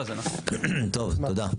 טוב, תודה.